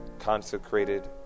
consecrated